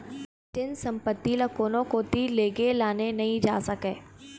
जेन संपत्ति ल कोनो कोती लेगे लाने नइ जा सकय